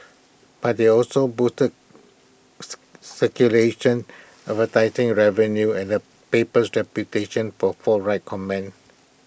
but they also boosted circulation advertising revenue and the paper's reputation for forthright comment